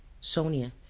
Sonia